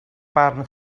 barn